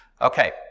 Okay